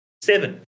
seven